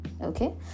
okay